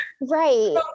Right